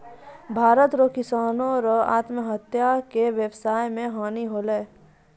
भारत रो किसानो रो आत्महत्या से वेवसाय मे हानी होलै